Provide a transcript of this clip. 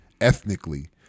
ethnically